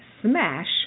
Smash